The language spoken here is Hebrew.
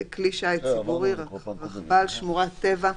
כלי שיט ציבורי, רכבל, שמורת טבע,